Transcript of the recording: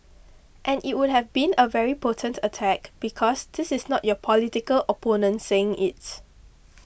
and it would have been a very potent attack because this is not your political opponent saying its